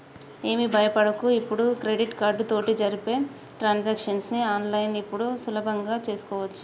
ఏమి భయపడకు ఇప్పుడు క్రెడిట్ కార్డు తోటి జరిపే ట్రాన్సాక్షన్స్ ని ఆన్లైన్లో ఇప్పుడు సులభంగా చేసుకోవచ్చు